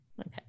Okay